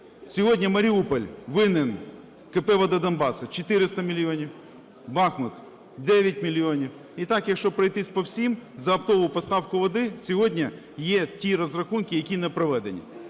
Сьогодні Маріуполь винен КП "Вода Донбасу" 400 мільйонів, Бахмут – 9 мільйонів. І так, якщо пройтись по всім, за оптову поставку води сьогодні є ті розрахунки, які не проведені.